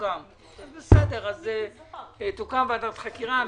לממשלה יש גם יכולות להתמודד,